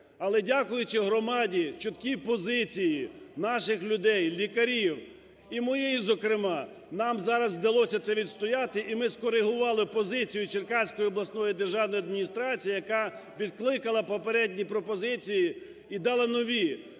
але дякуючи громаді, чуткій позиції наших людей, лікарів, і моєї зокрема, нам зараз вдалося це відстояти. І ми скорегували позицію Черкаської обласної державної адміністрації, яка відкликала попередні пропозиції і дала нові,